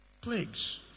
Plagues